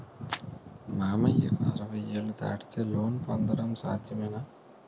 మామయ్యకు అరవై ఏళ్లు దాటితే లోన్ పొందడం సాధ్యమేనా?